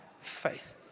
faith